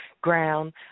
ground